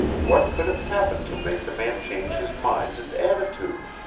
what could have happened to make the man change his mind and attitude?